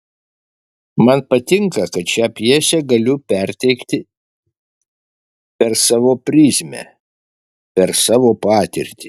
man patinka kad šią pjesę galiu perteikti per savo prizmę per savo patirtį